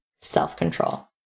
self-control